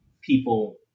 people